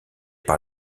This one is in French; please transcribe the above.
par